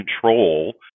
control